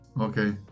Okay